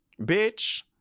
bitch